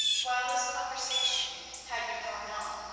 while this conversation had been going on,